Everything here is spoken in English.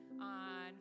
on